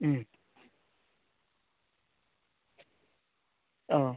उम औ